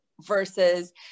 versus